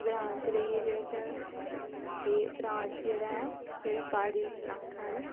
ग्रांऽ च रेहियै जेह्ड़े के ग्रांऽ जेह्ड़ा ऐ जेह्ड़ा प्हाड़ी ल्हाका न